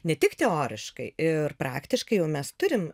ne tik teoriškai ir praktiškai jau mes turim